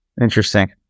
Interesting